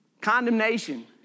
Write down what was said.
condemnation